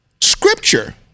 Scripture